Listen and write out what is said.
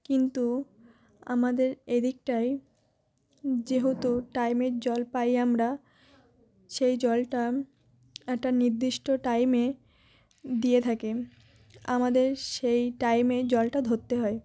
কিন্তু আমাদের এদিকটায় যেহেতু টাইমের জল পাই আমরা সেই জলটা একটা নির্দিষ্ট টাইমে দিয়ে থাকে আমাদের সেই টাইমে জলটা ধরতে হয়